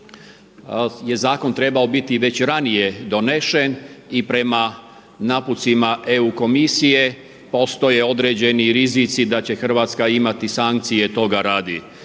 je zakon trebao biti već radnije donesen i prema napucima EU komisije postoje određeni rizici da će Hrvatska imati sankcije toga radi.